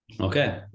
Okay